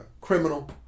criminal